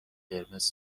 قرمز